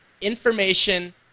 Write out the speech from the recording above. Information